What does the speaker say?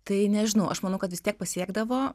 tai nežinau aš manau kad vis tiek pasiekdavo